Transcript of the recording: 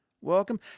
welcome